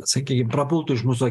sakykim prapultų iš mūsų